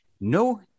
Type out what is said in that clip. no